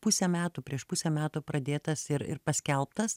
pusę metų prieš pusę metų pradėtas ir ir paskelbtas